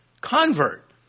Convert